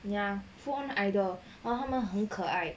ya phone either 他们很可爱